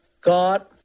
god